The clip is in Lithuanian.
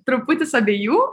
truputis abiejų